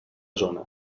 zona